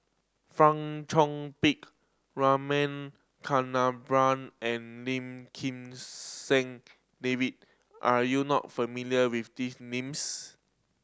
Fong Chong Pik Rama Kannabiran and Lim Kim San David are you not familiar with these names